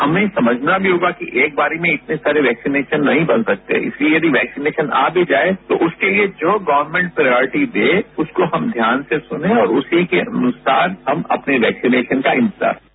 हमें समझना भी होगा कि एक बार में इतने वैक्सीनेशन नहीं बन सकते इस लिए वैक्सीनेशन आ भी जाये तो उसके लिए जो गर्वमेंट प्रॉयटी दे उसको ध्यान से सुनें और उसी के अनुसार हम अपने वैक्सीनेशन का इंतजार करें